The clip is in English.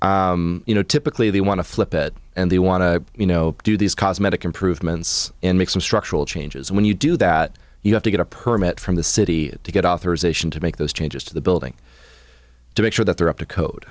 building you know typically they want to flip it and they want to you know do these cosmetic improvements and make some structural changes and when you do that you have to get a permit from the city to get authorization to make those changes to the building to make sure that they're up to code